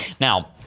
now